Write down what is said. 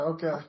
Okay